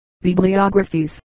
bibliographies